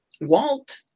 Walt